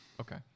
Okay